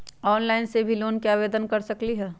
Online से भी loan के आवेदन कर सकलीहल?